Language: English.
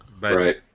Right